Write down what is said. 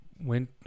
went